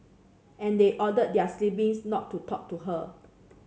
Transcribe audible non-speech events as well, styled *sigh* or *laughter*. and they ordered their *unintelligible* not to talk to her